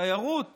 תיירות